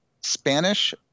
Spanish